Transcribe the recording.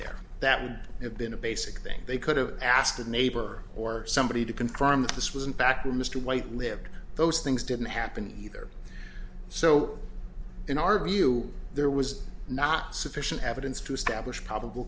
there that would have been a basic thing they could have asked a neighbor or somebody to confirm that this was in fact mr white lived those things didn't happen either so in our view there was not sufficient evidence to establish probable